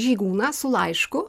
žygūną su laišku